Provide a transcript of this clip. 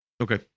Okay